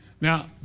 Now